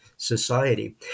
society